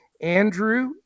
Andrew